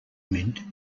mint